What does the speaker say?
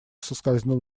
соскользнул